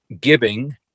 giving